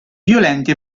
violenti